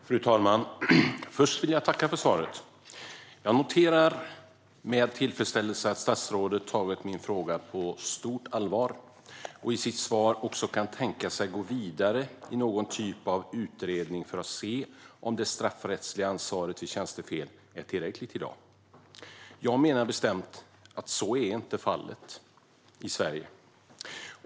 Fru talman! Först vill jag tacka för svaret. Jag noterar med tillfredsställelse att statsrådet tagit min fråga på stort allvar och i sitt svar också kan tänka sig att gå vidare i någon typ av utredning för att se om det straffrättsliga ansvaret vid tjänstefel är tillräckligt. Jag menar bestämt att så inte är fallet i Sverige.